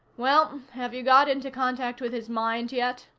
well, have you got into contact with his mind yet?